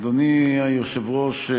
אדוני היושב-ראש,